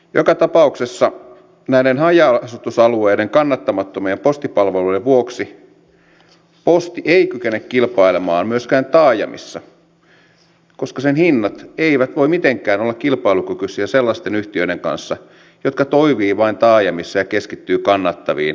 joka tapauksessa näiden haja asutusalueiden kannattamattomien postipalveluiden vuoksi posti ei kykene kilpailemaan myöskään taajamissa koska sen hinnat eivät voi mitenkään olla kilpailukykyisiä sellaisten yhtiöiden kanssa jotka toimivat vain taajamissa ja keskittyvät kannattaviin yrityskirjeisiin